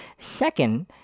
Second